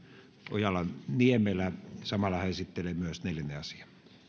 ojala niemelä samalla hän esittelee myös neljännen asian